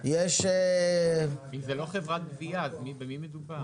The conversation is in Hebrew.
כי זה לא חברת גבייה, אז במי מדובר?